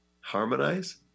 harmonize